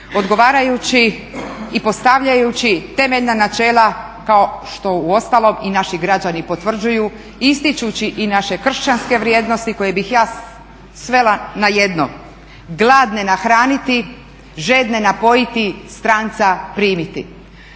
odgovarajući i postavljajući temeljna načela kao što uostalom i naši građani potvrđuju ističući i naše kršćanske vrijednosti koje bih ja svela na jedno, gladne nahraniti, žedne napojiti, stranca primiti.